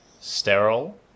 sterile